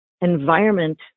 environment